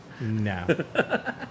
No